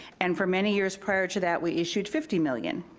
and for many years prior to that, we issued fifty million.